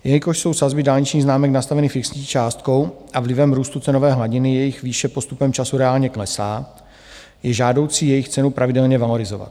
Jelikož jsou sazby dálničních známek nastaveny fixní částkou a vlivem růstu cenové hladiny jejich výše postupem času reálně klesá, je žádoucí jejich cenu pravidelně valorizovat.